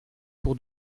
pour